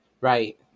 Right